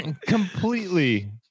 completely